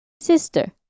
sister